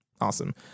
Awesome